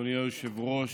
אדוני היושב-ראש,